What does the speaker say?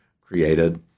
created